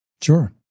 Sure